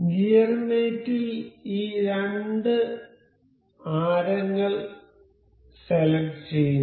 gear mate ൽ ഈ രണ്ടു ആരങ്ങൾ സെലക്ട് ചെയ്യുന്നു